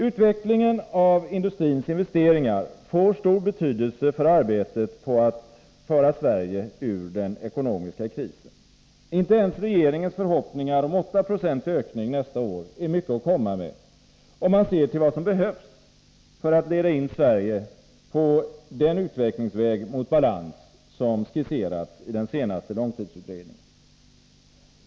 Utvecklingen av industrins investeringar får stor betydelse för arbetet på att föra Sverige ur den ekonomiska krisen. Inte ens regeringens förhoppningar om 8 6 ökning nästa år är mycket att komma med, om man ser till vad som behövs för att leda in Sverige på den utvecklingsväg mot balans som skisserats i den senaste långtidsutredningen.